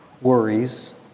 worries